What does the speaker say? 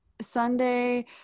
Sunday